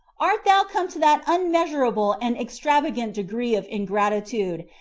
art thou come to that unmeasurable and extravagant degree of ingratitude,